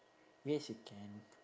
yes you can